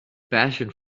passion